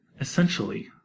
essentially